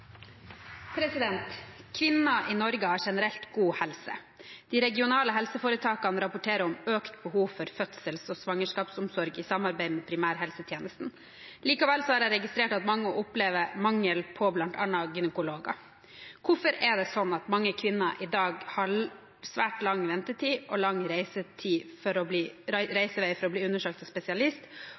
svangerskapsomsorg i samarbeid med primærhelsetjenesten. Likevel har jeg registrert at mange opplever mangel på blant annet gynekologer. Hvorfor er det slik at mange kvinner i dag har svært lang ventetid og lang reisevei for å bli undersøkt av spesialist, og hva vil statsråden gjøre for å